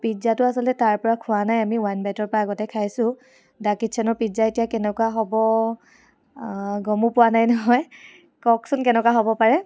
পিজ্জাটো আচলতে তাৰ পৰা খোৱা নাই আমি ওৱান বাইটৰ পৰা আগতে খাইছো দ্য কিটচেনৰ পিজ্জা এতিয়া কেনেকুৱা হ'ব গ'মো পোৱা নাই নহয় কওকচোন কেনেকুৱা হ'ব পাৰে